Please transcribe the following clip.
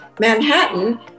Manhattan